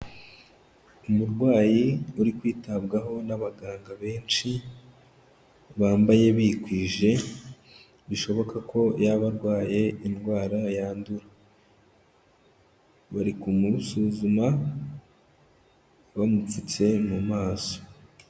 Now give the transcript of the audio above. Umurwayi uri kwitabwaho n'abaganga benshi bambaye bikwije bishoboka ko yaba arwaye indwara yandura. Bari kumusuzuma bamupfutse mu maso.